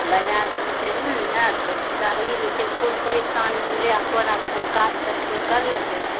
बनाए देने छै रूल ने तऽ फायदा ई हइ छै कि कोइ परेशान नहि भेलए अपन अपन काज सब कोइ करलकै